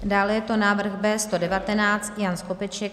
Dále je to návrh B119, Jan Skopeček.